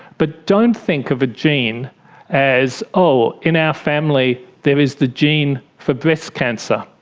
but don't think of a gene as, oh, in our family there is the gene for breast cancer.